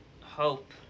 Hope